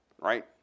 right